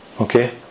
Okay